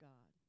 God